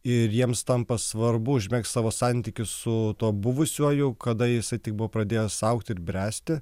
ir jiems tampa svarbu užmegzti savo santykius su buvusiuoju kada jisai tik buvo pradėjęs augti ir bręsti